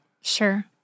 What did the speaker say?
Sure